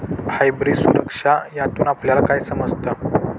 Hybrid सुरक्षा यातून आपल्याला काय समजतं?